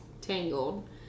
Tangled